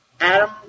Adam